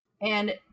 And-